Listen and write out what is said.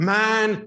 man